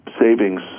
Savings